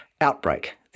Outbreak